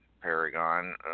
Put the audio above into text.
Paragon